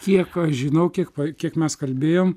kiek aš žinau kiek kiek mes kalbėjom